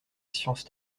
science